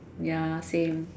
ya same